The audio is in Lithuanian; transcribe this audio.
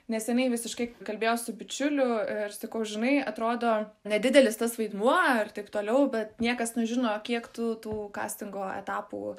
neseniai visiškai kalbėjau su bičiuliu ir sakau žinai atrodo nedidelis tas vaidmuo ar taip toliau bet niekas nežino kiek tu tų kastingo etapų